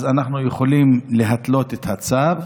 אז אנחנו יכולים להתלות את הצו.